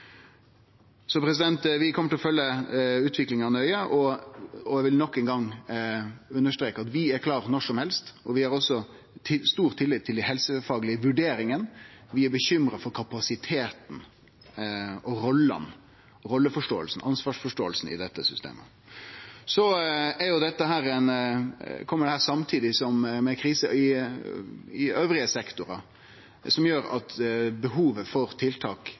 Vi kjem til å følgje utviklinga nøye, og eg vil enda ein gong understreke at vi er klare når som helst. Vi har også stor tillit til dei helsefaglege vurderingane. Vi er bekymra for kapasiteten og rolleforståinga, ansvarsforståinga, i dette systemet. Dette kjem samtidig med krise i andre sektorar, noko som gjer at behovet for tiltak